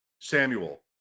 Samuel